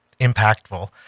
impactful